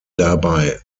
dabei